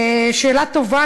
שאלה טובה.